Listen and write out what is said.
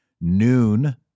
Noon